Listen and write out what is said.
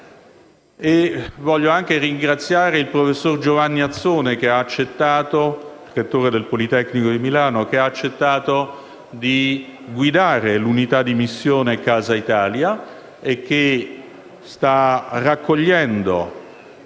Voglio ringraziare anche il professor Giovanni Azzone, rettore del Politecnico di Milano, che ha accettato di guidare l'unità di missione Casa Italia e che sta raccogliendo